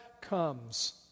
comes